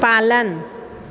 पालन